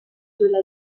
delà